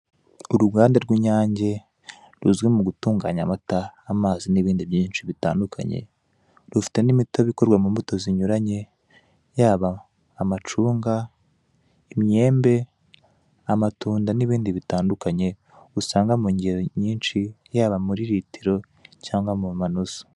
Uruganda rw'inyange ruzwi mu gutunganya: amata, amazi n'ibindi byinshi bitandukanye; rufite n'imitobe ikorwa mu mbuto zinyuranye: yaba amacunga, imyembe, amatunda n'ibindi bitandukanye, usanga mu ngero nyinshi yaba muri litiro cyangwa mu ma nusu.